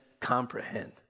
comprehend